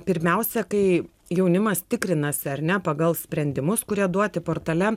pirmiausia kai jaunimas tikrinasi ar ne pagal sprendimus kurie duoti portale